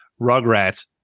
rugrats